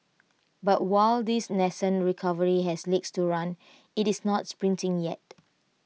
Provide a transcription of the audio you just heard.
but while this nascent recovery has legs to run IT is not sprinting yet